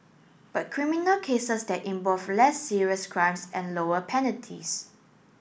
but criminal cases there involve less serious crimes and lower penalties